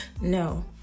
no